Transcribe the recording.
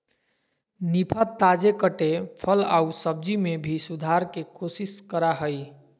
निफा, ताजे कटे फल आऊ सब्जी में भी सुधार के कोशिश करा हइ